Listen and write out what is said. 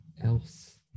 else